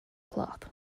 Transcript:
cloth